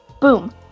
boom